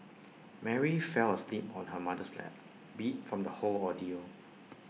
Mary fell asleep on her mother's lap beat from the whole ordeal